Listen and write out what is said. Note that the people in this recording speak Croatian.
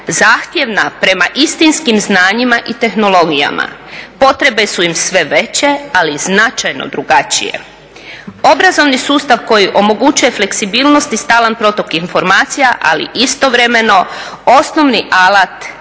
zahtjevna prema istinskim znanjima i tehnologijama, potrebe su im sve veće, ali i značajno drugačije. Obrazovni sustav koji omogućuje fleksibilnost i stalan protok informacija, ali istovremeno osnovni alat je znanje,